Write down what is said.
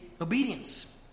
obedience